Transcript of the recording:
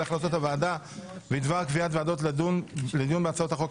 החלטות הוועדה בדבר קביעת ועדות לדיון בהצעות החוק